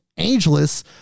Ageless